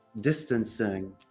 distancing